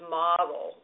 model